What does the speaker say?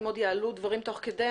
אם יעלו דברים תוך כדי,